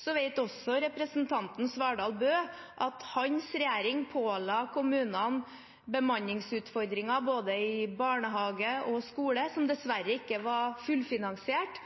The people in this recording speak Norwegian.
så vet også representanten Svardal Bøe at hans regjering påla kommunene bemanningsutfordringer i både barnehage og skole, som dessverre ikke var fullfinansiert.